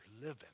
living